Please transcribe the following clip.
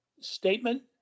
statement